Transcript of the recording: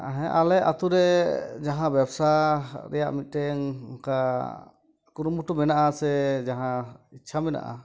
ᱦᱮᱸ ᱟᱞᱮ ᱟᱛᱳᱨᱮ ᱡᱟᱦᱟᱸ ᱵᱮᱵᱥᱟ ᱨᱮᱭᱟᱜ ᱢᱤᱫᱴᱮᱱ ᱚᱱᱠᱟ ᱠᱩᱨᱩᱢᱩᱴᱩ ᱢᱮᱱᱟᱜᱼᱟ ᱥᱮ ᱡᱟᱦᱟᱸ ᱤᱪᱪᱷᱟ ᱢᱮᱱᱟᱜᱼᱟ